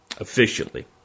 Efficiently